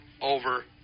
over